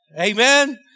Amen